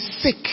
sick